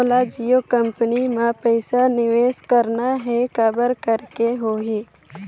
मोला जियो कंपनी मां पइसा निवेश करना हे, काबर करेके होही?